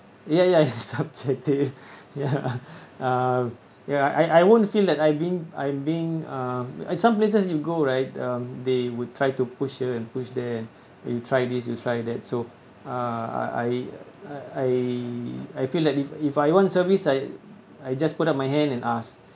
ya ya ya subjective ya uh ya I I won't feel that I've been I've been uh some places you go right um they would try to push here and push there and you try this you try that so uh I I I I feel that if if I want service I I just put up my hand and ask